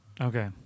okay